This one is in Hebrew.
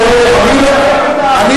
לא היה כזה, כל הנאום, זריעת ייאוש בעם.